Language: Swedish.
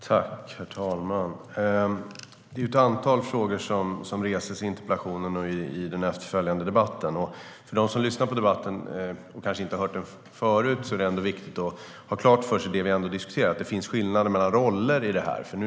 Herr talman! Det ställs ett antal frågor i interpellationen och i den efterföljande debatten. De som lyssnar på debatten och inte har hört om detta förut bör få klart för sig att det vi diskuterar är att det finns skillnader mellan rollerna här.